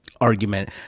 argument